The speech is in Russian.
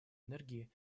энергии